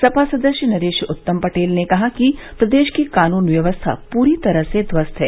सपा सदस्य नरेश उत्तम पटेल ने कहा कि प्रदेश की कानून व्यवस्था पूरी तरह से ध्वस्त है